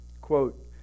quote